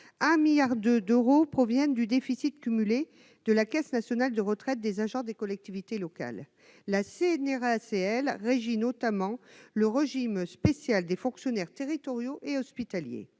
1,2 milliard d'euros proviennent du déficit cumulé de la Caisse nationale de retraites des agents des collectivités locales (CNRACL), qui régit notamment le régime spécial des fonctionnaires territoriaux et hospitaliers.